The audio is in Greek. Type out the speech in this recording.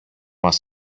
μας